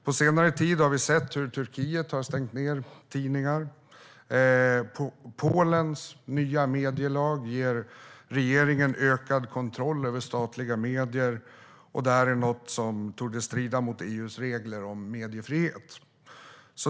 På senare tid har vi sett hur Turkiet har stängt ned tidningar och hur Polens nya medielag ger regeringen ökad kontroll över statliga medier. Detta är något som torde strida mot EU:s regler om mediefrihet.